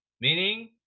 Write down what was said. Meaning